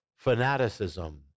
fanaticism